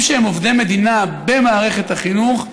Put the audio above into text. עובדים שהם עובדי מדינה במערכת החינוך,